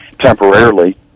temporarily